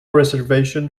reservation